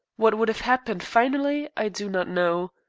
what would have happened finally i do not know.